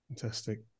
Fantastic